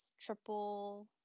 triple